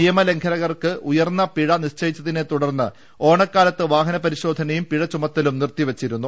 നിയമലംഘ നങ്ങൾക്ക് ഉയർന്ന പിഴ നിശ്ചയിച്ചതിനെ തുടർന്ന് ഓണക്കാലത്ത് വാഹനപരിശോധനയും പിഴ്ച്ചുമത്തലും നിർത്തി വെച്ചിരുന്നു